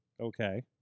Okay